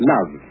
Love